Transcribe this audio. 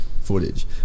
footage